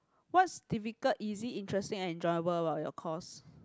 what's difficult easy interesting enjoyable about your course